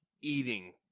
eating